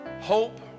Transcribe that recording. hope